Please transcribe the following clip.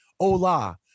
Hola